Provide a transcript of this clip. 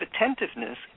attentiveness